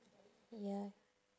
ya